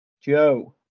Joe